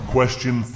Question